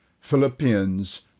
Philippians